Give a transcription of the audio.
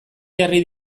jarri